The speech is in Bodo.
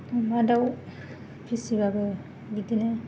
अमा दाउ फिसिबाबो बिदिनो